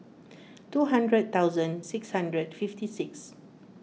two hundred thousand six hundred fifty six